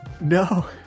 no